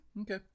Okay